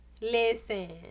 listen